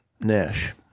Nash